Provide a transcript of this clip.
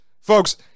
Folks